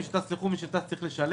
מי שטס לחו"ל צריך לשלם.